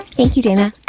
thank you, dana.